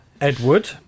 Edward